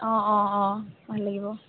অঁ অঁ অঁ ভাল লাগিব